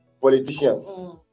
politicians